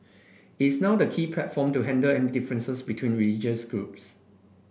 it's now the key platform to handle any differences between religious groups